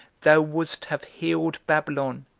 thou wouldst have healed babylon,